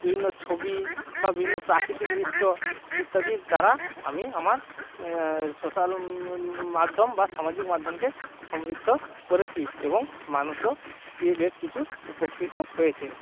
বিভিন্ন ছবি বা বিভিন্ন প্রাকৃতিক দৃশ্য ইত্যাদির দ্বারা আমি আমার সোশ্যাল মাধ্যম বা সামাজিক মাধ্যমকে সমৃদ্ধ করেছি এবং মানুষও কে বেশ কিছু উপকৃত হয়েছে